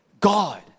God